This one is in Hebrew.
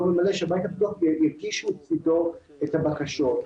ממלא שהבית הפתוח יגיש מצידו את הבקשות.